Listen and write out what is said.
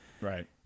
Right